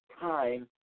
time